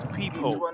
people